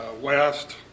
West